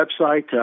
website